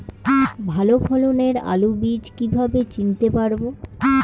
ভালো ফলনের আলু বীজ কীভাবে চিনতে পারবো?